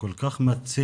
כל כך מציק